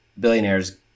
billionaires